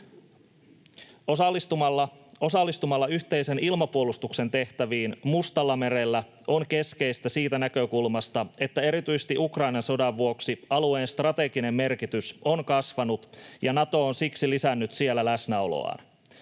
Osallistuminen yhteisen ilmapuolustuksen tehtäviin Mustallamerellä on keskeistä siitä näkökulmasta, että erityisesti Ukrainan sodan vuoksi alueen strateginen merkitys on kasvanut, ja Nato on siksi lisännyt siellä läsnäoloaan.